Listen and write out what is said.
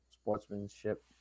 sportsmanship